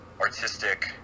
artistic